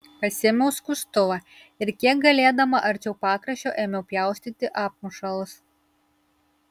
pasiėmiau skustuvą ir kiek galėdama arčiau pakraščio ėmiau pjaustyti apmušalus